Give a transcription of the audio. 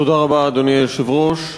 אדוני היושב-ראש,